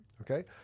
okay